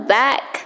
back